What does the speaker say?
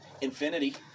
Infinity